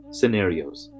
scenarios